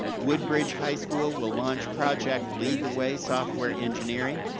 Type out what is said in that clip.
woodbridge high school will launch project lead the way software engineering,